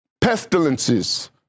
pestilences